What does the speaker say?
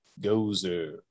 Gozer